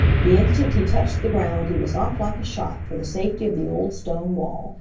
the instant he touched the ground he was off like a shot for the safety of the old stone wall,